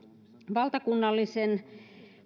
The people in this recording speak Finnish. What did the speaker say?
valtakunnallisen